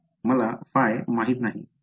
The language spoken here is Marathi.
मला ϕ माहित नाही